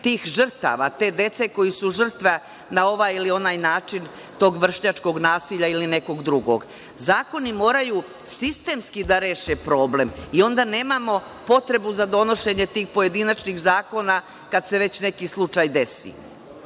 tih žrtava, te dece koja su žrtve na ovaj ili onaj način tog vršnjačkog nasilja ili nekog drugog. Zakoni moraju sistemski da reše problem i onda nemamo potrebu za donošenjem tih pojedinačnih zakona kada se već neki slučaj